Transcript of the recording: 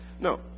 No